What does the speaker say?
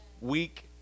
week